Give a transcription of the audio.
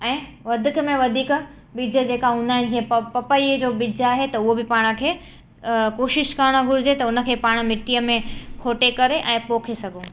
ऐं वध में वधीक ॿिज जेका हूंदा आहिनि प पपैये जो ॿिज आहे त उहो बि पाण खे कोशिशि करणु घुरिजे त उनखे पाण मिट्टीअ में खोटे करे ऐं पोखे सघूं